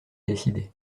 décidé